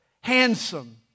Handsome